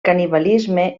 canibalisme